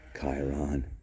Chiron